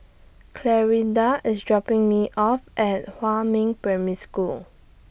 Clarinda IS dropping Me off At Huamin Primary School